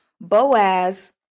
Boaz